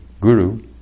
guru